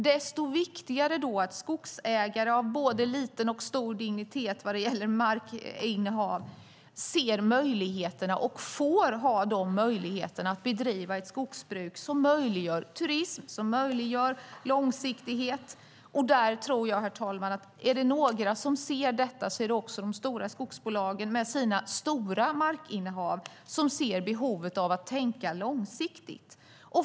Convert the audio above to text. Desto viktigare är det då att skogsägare av både liten och stor dignitet vad gäller markinnehav ser möjligheterna och får ha de möjligheterna att bedriva ett skogsbruk som möjliggör turism och som möjliggör långsiktighet. Jag tror, herr talman, att om det är några som ser behovet av att tänka långsiktigt så är det de stora skogsbolagen med sina stora markinnehav.